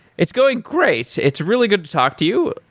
it's going great. it's really good to talk to you.